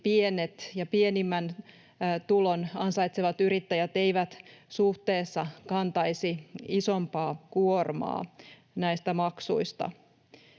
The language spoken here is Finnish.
pienet ja pienimmän tulon ansaitsevat yrittäjät eivät suhteessa kantaisi isompaa kuormaa näistä maksuista.